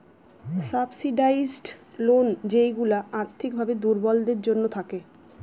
subsidised loan যেইগুলা আর্থিক ভাবে দুর্বলদের জন্য থাকে